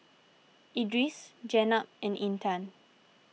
Idris Jenab and Intan